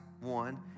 one